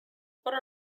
what